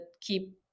keep